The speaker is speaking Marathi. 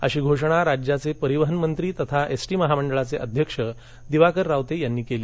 अशी घोषणा राज्याचे परिवहन मंत्री तथा एसटी महामंडळाचे अध्यक्ष दिवाकर रावते यांनी केली